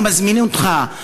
אנחנו מזמינים אותך,